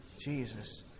Jesus